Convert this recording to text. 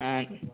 ആ